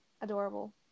adorable